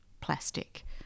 plastic